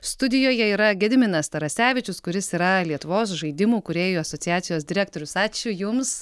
studijoje yra gediminas tarasevičius kuris yra lietuvos žaidimų kūrėjų asociacijos direktorius ačiū jums